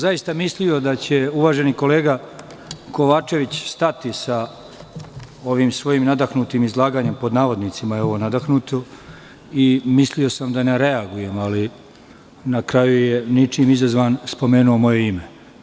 Zaista sam mislio da će uvaženi kolega Kovačević stati sa ovim svojim „nadahnutim izlaganjem“ i mislio sam da ne reagujem, ali na kraju je ničim izazvan spomenuo moje ime.